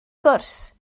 gwrs